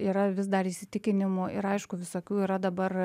yra vis dar įsitikinimų ir aišku visokių yra dabar